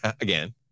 again